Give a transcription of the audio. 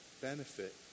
benefit